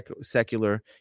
secular